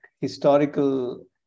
historical